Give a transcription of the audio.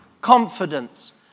Confidence